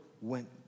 went